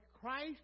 Christ